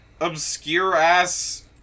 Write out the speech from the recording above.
obscure-ass